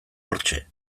hortxe